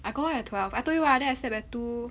I go home at twelve I told you [what] then I slept at two